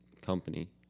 company